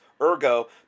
Ergo